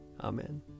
Amen